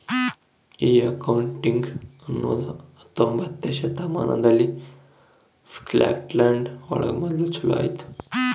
ಈ ಅಕೌಂಟಿಂಗ್ ಅನ್ನೋದು ಹತ್ತೊಂಬೊತ್ನೆ ಶತಮಾನದಲ್ಲಿ ಸ್ಕಾಟ್ಲ್ಯಾಂಡ್ ಒಳಗ ಮೊದ್ಲು ಚಾಲೂ ಆಯ್ತು